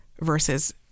versus